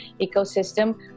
ecosystem